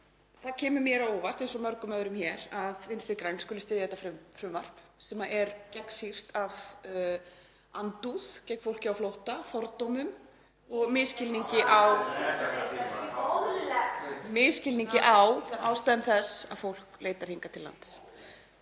Það kemur mér á óvart, eins og mörgum öðrum hér, að Vinstri græn skuli styðja þetta frumvarp sem er gegnsýrt af andúð gegn fólki á flótta, fordómum (Gripið fram í.)og misskilningi á ástæðum þess að fólk leitar hingað til lands